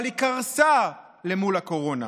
אבל היא קרסה למול הקורונה.